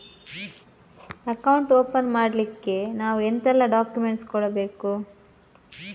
Account open ಮಾಡ್ಲಿಕ್ಕೆ ನಾವು ಎಂತೆಲ್ಲ ಡಾಕ್ಯುಮೆಂಟ್ಸ್ ಕೊಡ್ಬೇಕು?